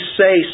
say